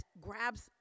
grabs